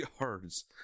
yards